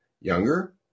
younger